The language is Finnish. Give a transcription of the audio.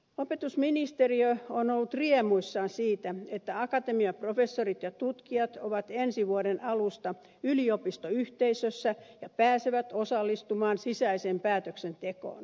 opetusministeriö on ollut riemuissaan siitä että akatemiaprofessorit ja tutkijat ovat ensi vuoden alusta yliopistoyhteisössä ja pääsevät osallistumaan sisäiseen päätöksentekoon